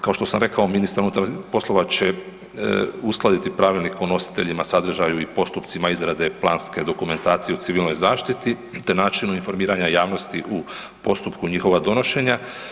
Kao što sam rekao ministar unutarnjih poslova će uskladiti Pravilnik o nositeljima, sadržaju i postupcima izrade planske dokumentacije o civilnoj zaštiti, te načinu informiranja javnosti u postupku njihova donošenja.